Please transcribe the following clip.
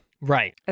Right